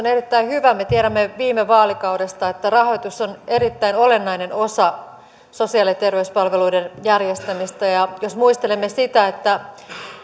hyvä me tiedämme viime vaalikaudesta että rahoitus on erittäin olennainen osa sosiaali ja terveyspalveluiden järjestämistä ja jos muistelemme